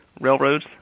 railroads